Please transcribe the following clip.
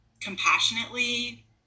compassionately